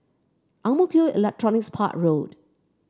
Ang Mo Kio Electronics Park Road